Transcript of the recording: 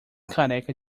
careca